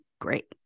great